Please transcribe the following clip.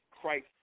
Christ